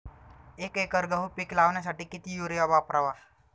एक एकर गहू पीक लावण्यासाठी किती युरिया वापरावा?